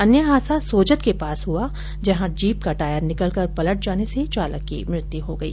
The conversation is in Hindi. अन्य हादसा सोजत के पास हुआ जहां जीप का टायर निकल कर पलट जाने से चालक की मृत्यु हो गई